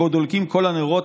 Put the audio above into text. שבו דולקים כל הנרות,